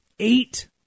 Eight